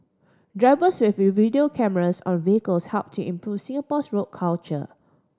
drivers with V video cameras on vehicles help to improve Singapore's road culture